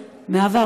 כמה?